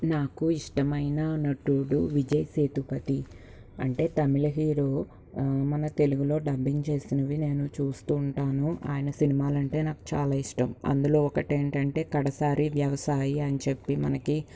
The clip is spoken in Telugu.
నాకు ఇష్టమైన నటుడు విజయ్ సేతుపతి అంటే తమిళ హీరో మన తెలుగులో డబ్బింగ్ చేస్తున్నవి నేను చూస్తూ ఉంటాను ఆయన సినిమాలంటే నాకు చాలా ఇష్టం అందులో ఒకటేంటంటే కడసారి వ్యవసాయి అని చెప్పి మనకి